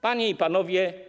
Panie i Panowie!